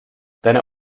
deine